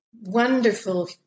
wonderful